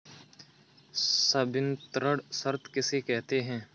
संवितरण शर्त किसे कहते हैं?